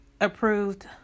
approved